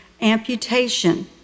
amputation